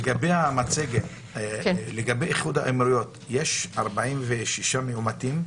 לגבי איחוד האמירויות, יש 46 מאומתים שבועיים.